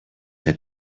had